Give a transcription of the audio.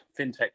fintech